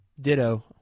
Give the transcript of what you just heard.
Ditto